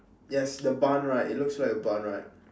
yes the barn right it looks like a barn right